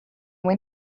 when